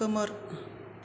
खोमोर